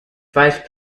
vice